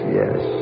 yes